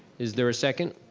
is there a second?